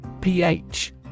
PH